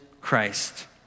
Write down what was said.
Christ